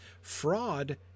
fraud